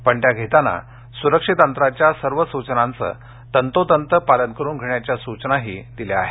पण त्या घेताना सुरक्षित अंतरांच्या सर्व सूचनांचं तंतोतंत पालन करुन घेण्याच्या सूचना दिल्या आहेत